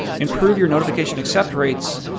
improve your notification accept rates,